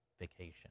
vacation